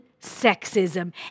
sexism